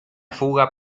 fuga